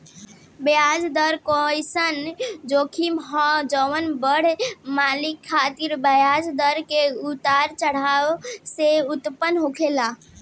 ब्याज दर ओइसन जोखिम ह जवन बड़ मालिक खातिर ब्याज दर के उतार चढ़ाव से उत्पन्न होला